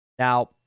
Now